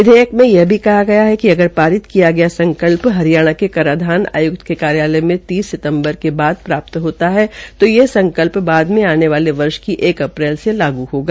विधेयक ने यह भी कहा कि अगर पारित किया गया संकल्प हरियाणा के कराधान आयुक्त के कार्यालय में तीस सितम्बर के बाद प्राप्त् होता है तो ये संकल्प बाद में आने वाले वर्ष की एक अप्रैल से लागू होगा